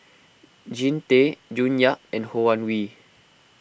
Jean Tay June Yap and Ho Wan Hui